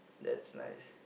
that's nice